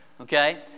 Okay